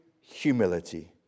humility